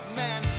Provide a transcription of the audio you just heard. man